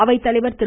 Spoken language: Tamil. அவைத்தலைவர் திரு